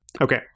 Okay